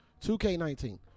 2K19